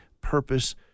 purpose